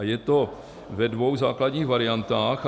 Je to ve dvou základních variantách.